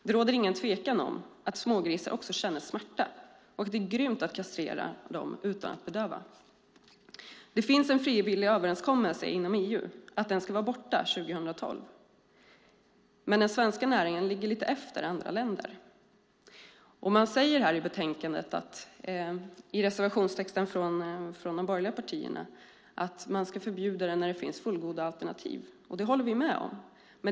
Det råder ingen tvekan om att även smågrisar känner smärta, och det är grymt att kastrera dem utan bedövning. Det finns inom EU en frivillig överenskommelse om att det ska vara borta 2012, men den svenska näringen ligger lite efter andra länder. I reservationstexten från de borgerliga partierna sägs att man ska förbjuda det när det finns fullgoda alternativ, och det håller vi med om.